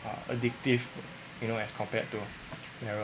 uh addictive you know as compared to